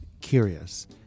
curious